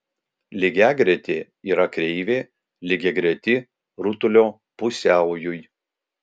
lygiagretė yra kreivė lygiagreti rutulio pusiaujui